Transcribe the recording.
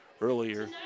earlier